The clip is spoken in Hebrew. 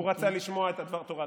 הוא רצה לשמוע את דברי התורה,